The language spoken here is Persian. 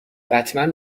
بتمن